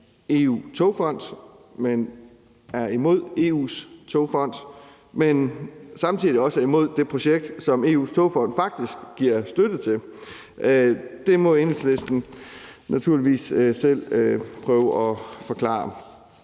EU-togfond, men er imod EU's togfond og samtidig også er imod det projekt, som EU's togfond faktisk giver støtte til. Det må Enhedslisten naturligvis selv prøve at forklare.